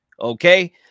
okay